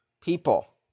people